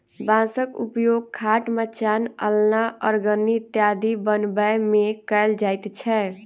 बाँसक उपयोग खाट, मचान, अलना, अरगनी इत्यादि बनबै मे कयल जाइत छै